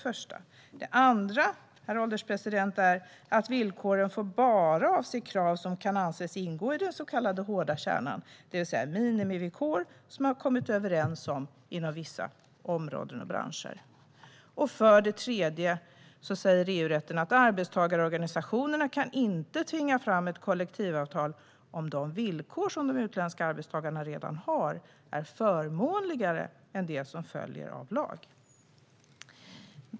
För det andra: Villkoren får bara avse krav som kan anses ingå i den så kallade hårda kärnan, det vill säga minimivillkor som man har kommit överens om inom vissa områden och branscher. För det tredje: EU-rätten säger att arbetstagarorganisationer inte kan tvinga fram ett kollektivavtal om de villkor som de utländska arbetstagarna redan har är förmånligare än det som följer av lag.